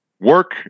work